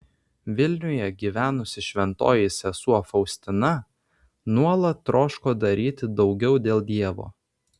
vilniuje gyvenusi šventoji sesuo faustina nuolat troško daryti daugiau dėl dievo